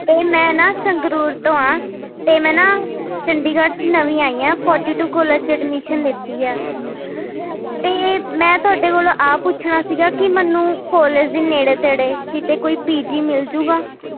ਅਤੇ ਮੈਂ ਨਾ ਸੰਗਰੂਰ ਤੋਂ ਹਾਂ ਅਤੇ ਮੈਂ ਨਾ ਚੰਡੀਗੜ੍ਹ 'ਚ ਨਵੀਂ ਆਈ ਹਾਂ ਫੋਰਟੀ ਟੂ ਕੋਲਜ 'ਚ ਅਡਮਿਸ਼ਨ ਲਿੱਤੀ ਹੈ ਅਤੇ ਮੈਂ ਤੁਹਾਡੇ ਕੋਲੋਂ ਇਹ ਪੁੱਛਣਾ ਸੀਗਾ ਕਿ ਮੈਨੂੰ ਕੋਲਜ ਦੇ ਨੇੜੇ ਤੇੜੇ ਕਿਤੇ ਕੋਈ ਪੀ ਜੀ ਮਿਲ ਜੂਗਾ